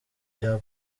bya